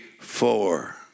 four